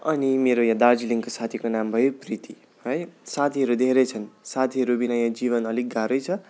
अनि मेरो यहाँ दार्जिलिङ्गको साथीको नाम भयो प है साथीहरू प्रीति धेरै छन् साथीहरू बिना यो जिवन अलिक गाह्रै छ